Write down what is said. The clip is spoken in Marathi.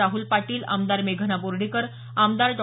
राहुल पाटील आमदार मेघना बोर्डीकर आमदार डॉ